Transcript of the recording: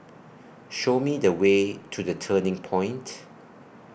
Show Me The Way to The Turning Point